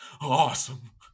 awesome